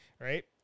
right